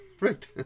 Right